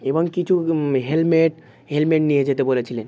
এবং কিছু helmet helmet নিয়ে যেতে বলেছিলেন